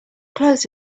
clothes